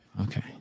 Okay